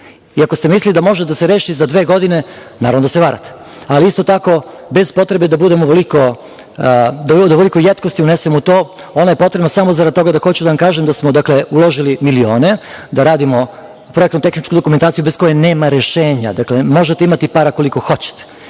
i ako ste mislili da može da se reši za dve godine, naravno da se varate. Isto tako, bez potrebe da ovoliko jetkosti unesem u to, ona je potrebna samo zarad toga da hoću da vam kažem da smo uložili milione, da radimo projektno-tehničku dokumentaciju bez koje nema rešenja. Možete imati para koliko hoćete,